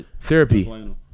Therapy